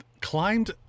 climbed